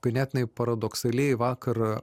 ganėtinai paradoksaliai vakar